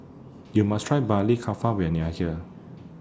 YOU must Try Maili Kofta when YOU Are here